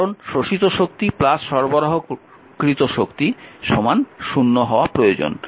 কারণ শোষিত শক্তি সরবরাহ করা শক্তি 0 হওয়া প্রয়োজন